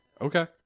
Okay